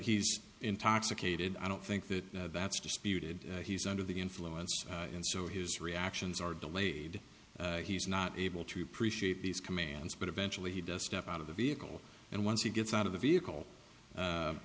he's intoxicated i don't think that that's disputed he's under the influence and so his reactions are delayed he's not able to appreciate these commands but eventually he does step out of the vehicle and once he gets out of the vehicle